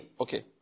Okay